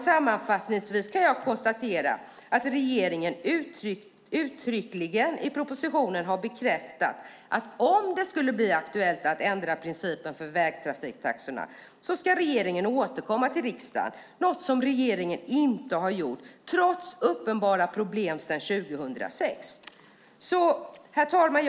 Sammanfattningsvis kan jag konstatera att regeringen uttryckligen i propositionen har bekräftat att om det skulle bli aktuellt att ändra principen för vägtrafiktaxorna ska regeringen återkomma till riksdagen - något som regeringen inte har gjort trots uppenbara problem sedan 2006. Herr talman!